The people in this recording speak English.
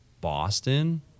Boston